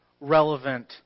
relevant